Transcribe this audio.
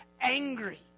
angry